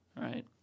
right